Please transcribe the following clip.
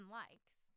likes